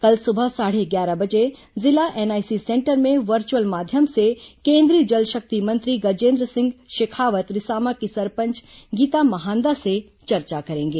कल सुबह साढ़े ग्यारह बजे जिला एनआईसी सेंटर में वर्चुअल माध्यम से केंद्रीय जलशक्ति मंत्री गजेन्द्र सिंह शेखावत रिसामा की सरपंच गीता महान्दा से चर्चा करेंगे